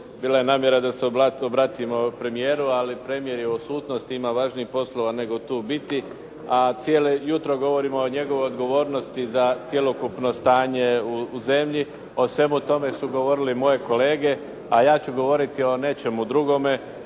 bila je namjera da se obratimo premijeru, ali premijer je u odsutnosti, ima važnijih poslova nego tu biti, a cijelo jutro govorimo o njegovoj odgovornosti za cjelokupno stanje u zemlji. O svemu tome su govorili moje kolege, a ja ću govoriti o nečemu drugome,